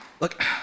Look